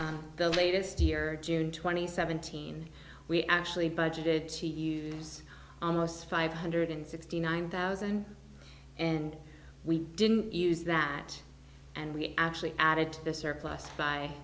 the latest year june twenty seventeen we actually budgeted to use almost five hundred sixty nine thousand and we didn't use that and we actually added to the surplus